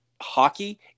hockey